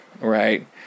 right